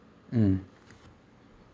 mm